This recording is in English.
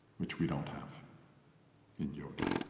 which we don't have in yoga,